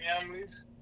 families